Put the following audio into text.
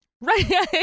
Right